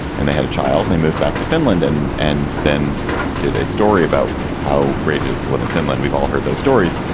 and they had a child. they moved back to finland and and then did a story about how great it is to live in finland. we've all heard those stories,